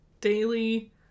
daily